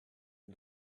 and